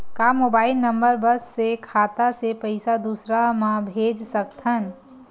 का mobile number बस से खाता से पईसा दूसरा मा भेज सकथन?